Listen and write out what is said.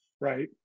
Right